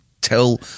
tell –